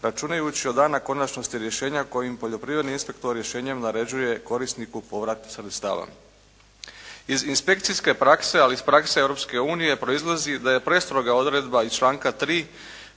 računajući od dana konačnosti rješenja kojim poljoprivredni inspektori rješenjem naređuje korisniku povrat sredstava. Iz inspekcijske prakse, ali iz prakse Europske unije proizlazi da je prestroga odredba iz članka 3.